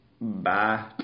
Bye